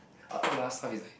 a~all the other stuff is like